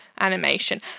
animation